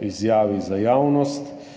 izjavi za javnost.